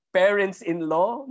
parents-in-law